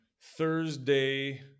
Thursday